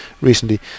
recently